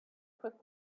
put